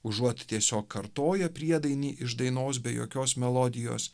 užuot tiesiog kartoję priedainį iš dainos be jokios melodijos